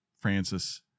Francis